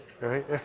right